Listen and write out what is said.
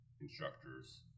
instructor's